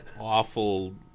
awful